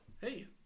Hey